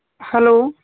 hello